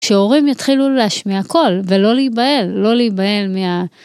כשהורים יתחילו להשמיע קול, ולא להיבהל, לא להיבהל מה...